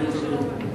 אני אתרגם.